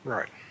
Right